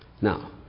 Now